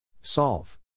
Solve